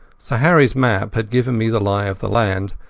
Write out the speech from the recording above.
sir harryas map had given me the lie of the land,